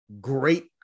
great